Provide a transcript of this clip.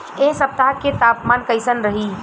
एह सप्ताह के तापमान कईसन रही?